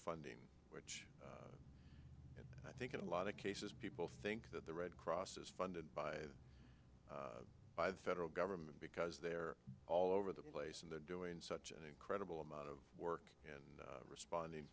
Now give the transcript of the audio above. funding i think in a lot of cases people think that the red cross is funded by by the federal government because they're all over the place and they're doing such an incredible amount of work in responding